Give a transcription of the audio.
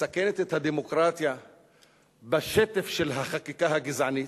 מסכנת את הדמוקרטיה בשטף של החקיקה הגזענית,